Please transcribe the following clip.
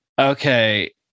Okay